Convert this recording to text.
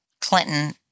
clinton